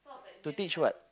to teach what